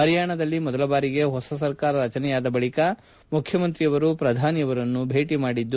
ಪರಿಯಾಣದಲ್ಲಿ ಮೊದಲ ಬಾರಿಗೆ ಹೊಸ ಸರ್ಕಾರ ರಚನೆಯಾದ ಬಳಿಕ ಮುಖ್ಯಮಂತ್ರಿಯವರು ಪ್ರಧಾನಿ ಅವರನ್ನು ಭೇಟ ಮಾಡಿದ್ದು